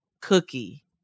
cookie